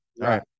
Right